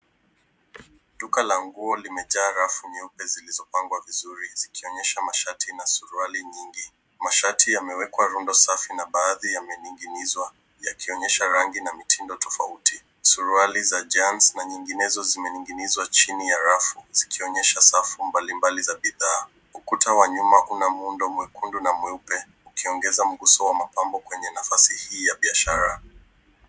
Duka la nguo limejaa rafu nyeupe zilizopangwa vizuri zikionyesha mashati na suruali nyingi . Mashati yamewekwa runda safi na yamening'inizwa yakionyesha nguo nyingi zenye miundo tofauti . Suruali za jeans na nyinginezo zimening'inizwa chini ya rafu zikionyesha safu mbalimbali za bidhaa . Ukuta wa nyuma una muundo mwekundu na mweupe ukiongeza mguso wa mapambo kwenye nafasi hii ya biashara .